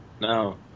No